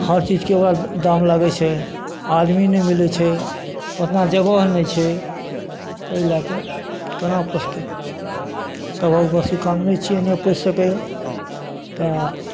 हर चीजके ओकरा दाम लागै छै आदमी नहि मिलै छै ओतना जगह नहि छै एहि लए कऽ कोना पोसतै सबहक बसके काम नहि छियै नहि पोसि सकैया तऽ